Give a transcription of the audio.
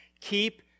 keep